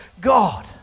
God